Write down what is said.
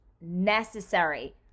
necessary